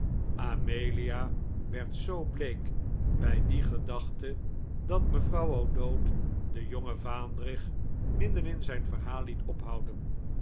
amelia werd zoo bleek bij die gedachte dat mevrouw o'dowd den jongen vaandrig midden in zijn verhaal liet ophouden